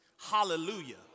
hallelujah